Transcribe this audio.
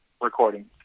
recording